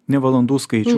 ne valandų skaičių